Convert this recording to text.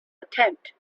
attempt